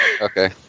Okay